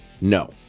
No